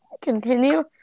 Continue